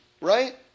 right